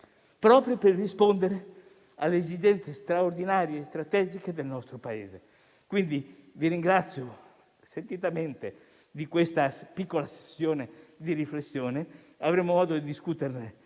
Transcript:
proprio per rispondere alle esigenze straordinarie e strategiche del nostro Paese. Quindi, vi ringrazio sentitamente per questa piccola sessione di riflessione. Avremo modo di discuterne